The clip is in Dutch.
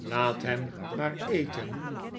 laat hem maar eten